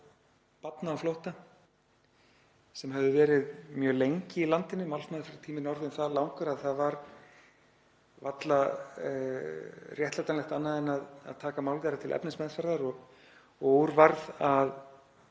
barna á flótta sem höfðu verið mjög lengi í landinu. Málsmeðferðartíminn var orðinn það langur að það var varla réttlætanlegt annað en að taka mál þeirra til efnismeðferðar og úr varð að